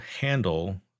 handle